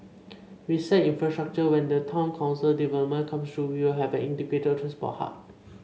besides infrastructure when the town council development comes through we will have an integrated transport hub